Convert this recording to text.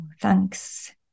Thanks